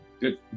Good